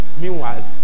meanwhile